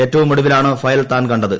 ഏറ്റവും ഒടുവിലാണ് ഫയൽ താൻ കണ്ടത്